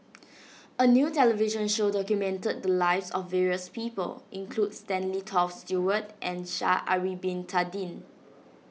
a new television show documented the lives of various people includes Stanley Toft Stewart and Sha'ari Bin Tadin